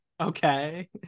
okay